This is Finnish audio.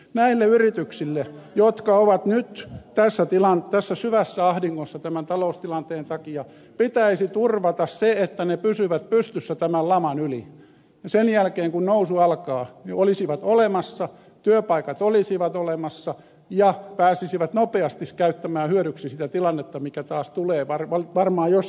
näille yrityksille jotka ovat nyt tässä syvässä ahdingossa tämän taloustilanteen takia pitäisi turvata se että ne pysyvät pystyssä tämän laman yli ja sen jälkeen kun nousu alkaa ne olisivat olemassa työpaikat olisivat olemassa ja pääsisivät nopeasti käyttämään hyödyksi sitä tilannetta mikä varmaan taas tulee jossakin vaiheessa